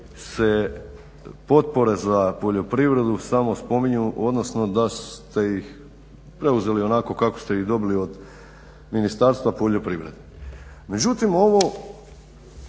se potpore za poljoprivredu samo spominju, odnosno da ste ih preuzeli onako ako ste ih dobili od Ministarstva poljoprivrede. Međutim, ovo